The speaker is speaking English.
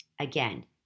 again